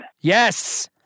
Yes